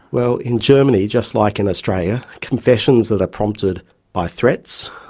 well in germany, just like in australia, confessions that are prompted by threats,